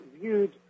viewed